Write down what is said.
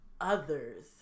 others